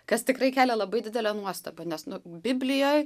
kas tikrai kelia labai didelę nuostabą nes nu biblijoj